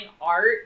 Art